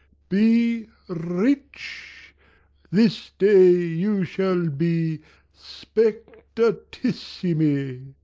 be rich this day you shall be spectatissimi.